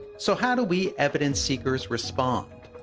so how do we evidence seekers respond?